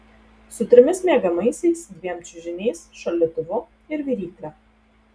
su trimis miegamaisiais dviem čiužiniais šaldytuvu ir virykle